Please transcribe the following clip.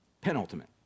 Penultimate